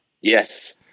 Yes